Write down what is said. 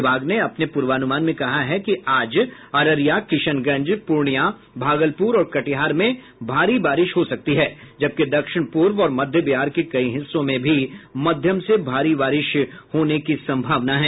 विभाग ने अपने पूर्वानुमान में कहा है कि आज अररिया किशनगंज पूर्णिया भागलपुर और कटिहार में भारी बारिश हो सकती है जबकि दक्षिण पूर्व और मध्य बिहार के कई हिस्सों में भी मध्यम से भारी वर्षा होने की संभावना है